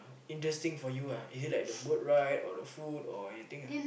interesting for you ah is it like the boat ride or the food or anything ah